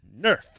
Nerf